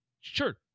sure